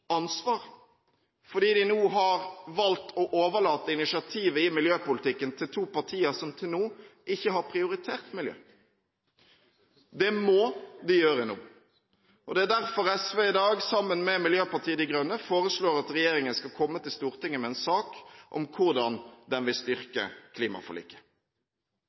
ansvar, fordi de nå har valgt å overlate initiativet i miljøpolitikken til to partier som til nå ikke har prioritert miljø. Det må de gjøre nå! Det er derfor SV i dag, sammen med Miljøpartiet De Grønne, foreslår at regjeringen skal komme til Stortinget med en sak om hvordan den vil styrke Klimaforliket.